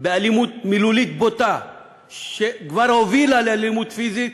ואלימות מילולית בוטה שכבר הובילה לאלימות פיזית,